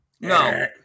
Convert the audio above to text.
No